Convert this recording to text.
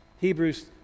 Hebrews